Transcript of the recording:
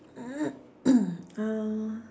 uh